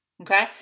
okay